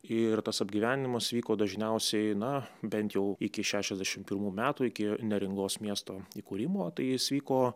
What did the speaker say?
ir tas apgyvendinimas vyko dažniausiai na bent jau iki šešiasdešimt pirmų metų iki neringos miesto įkūrimo tai jis vyko